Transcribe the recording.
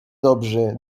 dobrzy